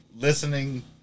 listening